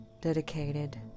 dedicated